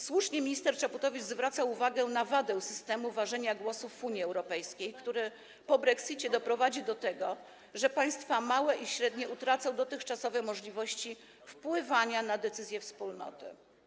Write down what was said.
Słusznie minister Czaputowicz zwracał uwagę na wadę systemu ważenia głosów w Unii Europejskiej, który po brexicie doprowadzi do tego, że państwa małe i średnie utracą dotychczasowe możliwości wpływania na decyzje Wspólnoty.